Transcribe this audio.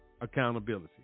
accountability